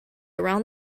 around